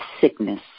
sickness